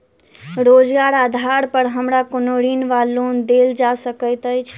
रोजगारक आधार पर हमरा कोनो ऋण वा लोन देल जा सकैत अछि?